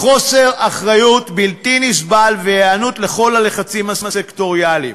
חוסר אחריות בלתי נסבל והיענות לכל הלחצים הסקטוריאליים,